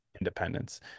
independence